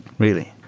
really.